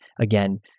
again